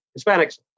Hispanics